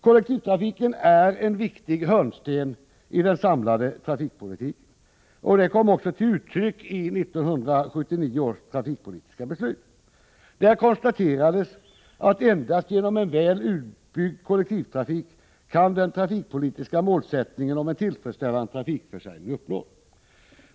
Kollektivtrafiken är en viktig hörnsten i den samlade trafikpolitiken. Detta kom också till uttryck i 1979 års trafikpolitiska beslut. Där konstaterades att endast genom en väl utbyggd kollektivtrafik kan den trafikpolitiska målsättningen om en tillfredsställande trafikförsörjning uppnås.